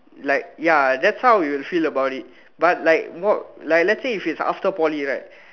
like ya that's how we'll feel about it but like let's say it's after Poly right